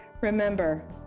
Remember